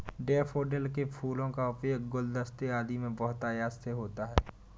daffodil के फूलों का उपयोग गुलदस्ते आदि में बहुतायत से होता है